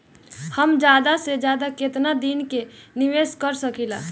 हम ज्यदा से ज्यदा केतना दिन के निवेश कर सकिला?